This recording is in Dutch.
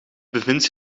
bevindt